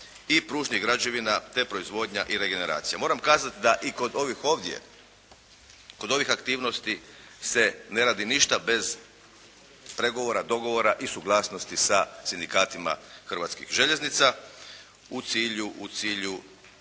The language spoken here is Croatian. i pružnih građevina te proizvodnja i regeneracija. Moram kazati da i kod ovih ovdje, kod ovih aktivnosti se ne radi ništa bez pregovora, dogovora i suglasnosti sa sindikatima Hrvatskih željeznica u cilju